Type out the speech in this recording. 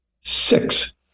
six